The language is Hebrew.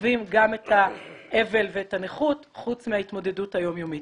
וסוחבים גם את האבל והנכות חוץ מההתמודדות היומיומית.